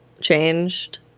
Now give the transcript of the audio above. changed